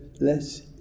less